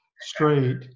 straight